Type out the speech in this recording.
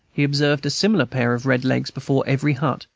he observed a similar pair of red legs before every hut,